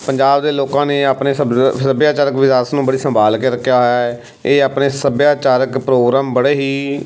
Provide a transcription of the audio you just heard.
ਪੰਜਾਬ ਦੇ ਲੋਕਾਂ ਨੇ ਆਪਣੇ ਸੱਭਰ ਸੱਭਿਆਚਾਰਕ ਵਿਰਾਸਤ ਨੂੰ ਬੜੀ ਸੰਭਾਲ ਕੇ ਰੱਖਿਆ ਹੋਇਆ ਹੈ ਇਹ ਆਪਣੇ ਸੱਭਿਆਚਾਰਕ ਪ੍ਰੋਗਰਾਮ ਬੜੇ ਹੀ